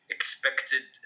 expected